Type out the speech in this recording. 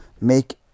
make